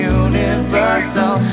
universal